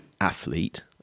athlete